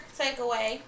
takeaway